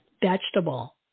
vegetable